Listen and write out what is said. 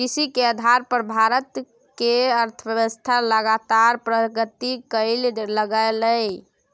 कृषि के आधार पर भारत के अर्थव्यवस्था लगातार प्रगति करइ लागलइ